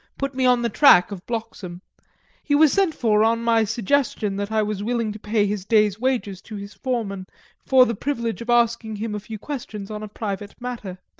put me on the track of bloxam he was sent for on my suggesting that i was willing to pay his day's wages to his foreman for the privilege of asking him a few questions on a private matter.